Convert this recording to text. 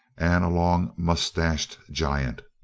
and a long-moustached giant.